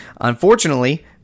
Unfortunately